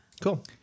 Cool